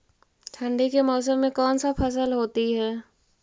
ठंडी के मौसम में कौन सा फसल होती है?